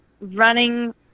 running